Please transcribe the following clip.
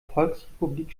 volksrepublik